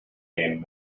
named